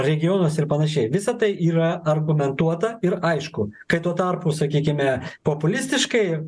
regionuose ir panašiai visa tai yra argumentuota ir aišku kai tuo tarpu sakykime populistiškai